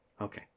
Okay